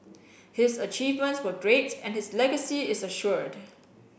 his achievements were great and his legacy is assured